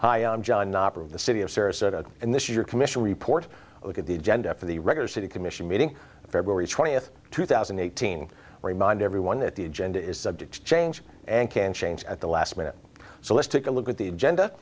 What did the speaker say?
the city of sarasota and this your commission report look at the agenda for the regular city commission meeting february twentieth two thousand and eighteen remind everyone that the agenda is subject to change and can change at the last minute so let's take a look at the agenda